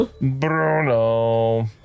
Bruno